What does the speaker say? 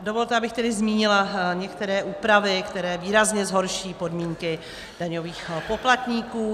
Dovolte, abych tedy zmínila některé úpravy, které výrazně zhorší podmínky daňových poplatníků.